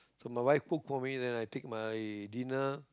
so my wife cook for me then I take my dinner